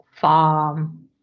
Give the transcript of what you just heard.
farm